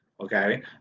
okay